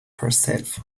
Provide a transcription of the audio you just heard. herself